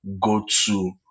go-to